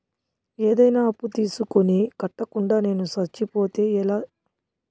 ఏదైనా అప్పు తీసుకొని కట్టకుండా నేను సచ్చిపోతే ఎలా